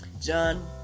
John